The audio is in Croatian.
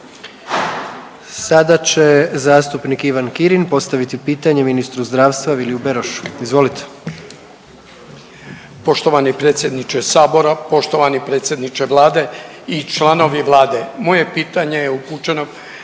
Sada će zastupnik Ivan Kirin postaviti pitanje ministru zdravstva Viliju Berošu. Izvolite. **Kirin, Ivan (HDZ)** Poštovani predsjedniče Sabora, poštovani predsjedniče Vlade i članovi Vlade. Moje pitanje je upućeno